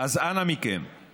אז אנא מכם,